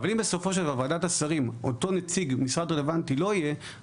אבל אם בסופו של דבר נציג המשרד הרלוונטי לא יהיה בוועדת השרים,